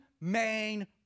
main